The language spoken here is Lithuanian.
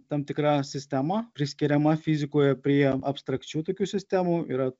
tam tikra sistema priskiriama fizikoje prie abstrakčių tokių sistemų yra